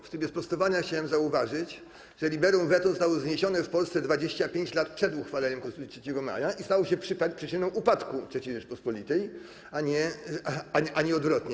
W trybie sprostowania chciałbym zauważyć, że liberum veto zostało zniesione w Polsce 25 lat przed uchwaleniem Konstytucji 3 maja i stało się przyczyną upadku III Rzeczypospolitej, a nie odwrotnie.